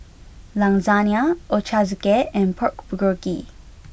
Lasagna Ochazuke and Pork Bulgogi